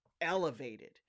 elevated